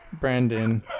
Brandon